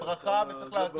הם ברכה וצריך לעזור להם.